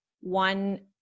one